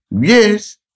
Yes